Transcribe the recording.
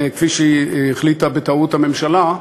כפי שהחליטה בטעות הממשלה,